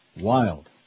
Wild